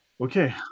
Okay